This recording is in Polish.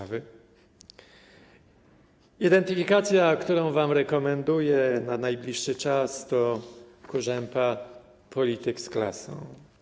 A wy? Identyfikacja, którą wam rekomenduję na najbliższy czas, to Kurzępa - polityk z klasą.